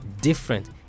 different